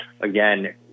Again